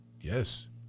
yes